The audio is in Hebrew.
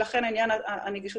לכן עניין הנגישות,